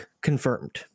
confirmed